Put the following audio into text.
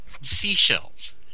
Seashells